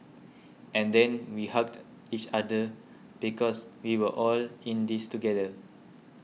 and then we hugged each other because we were all in this together